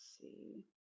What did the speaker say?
see